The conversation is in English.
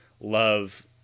love